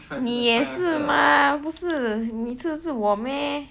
你也是吗不是每次都是我 meh